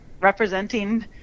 representing